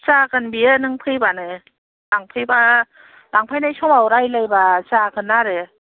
जागोन बियो नों फैबानो लांफैबा लांफैनाय समाव रायलायबा जागोन आरो